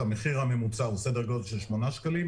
המחיר הממוצע הוא כשמונה שקלים,